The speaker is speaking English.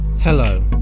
Hello